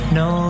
no